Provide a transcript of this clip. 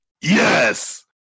Yes